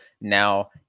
now